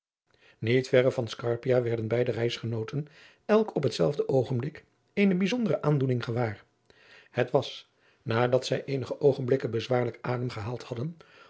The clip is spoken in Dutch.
niet verre van scarpia werden beide reisgenooten elk op hetzelfde oogenblik eene bijzondere aandoening gewaar het was nadat zij eenige oogenblikken bezwaarlijker adriaan loosjes pzn het leven van maurits lijnslager adem gehaald hadden